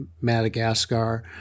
Madagascar